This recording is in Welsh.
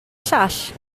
llall